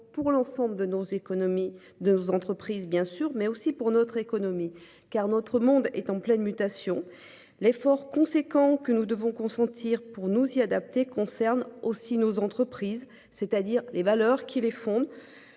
pour l'ensemble de nos économies de nos entreprises, bien sûr, mais aussi pour notre économie car notre monde est en pleine mutation. L'effort conséquent que nous devons consentir pour nous y adapter concerne aussi nos entreprises, c'est-à-dire les valeurs qui les fondent